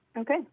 Okay